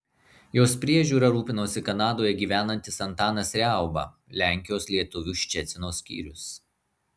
jos priežiūra rūpinosi kanadoje gyvenantis antanas riauba lenkijos lietuvių ščecino skyrius